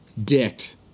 dicked